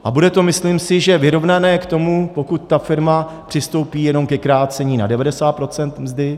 A bude to, myslím si, že vyrovnané k tomu, pokud ta firma přistoupí jenom ke krácení na 90 % mzdy.